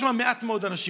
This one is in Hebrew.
יש שם מעט מאוד אנשים,